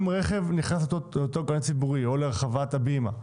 אם רכב נכנס לאותו גן ציבורי או לרחבת הבימה,